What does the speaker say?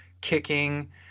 kicking